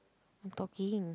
what you talking